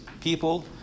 people